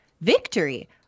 victory